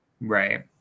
Right